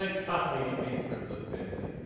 ah got legal fees from some family.